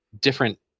different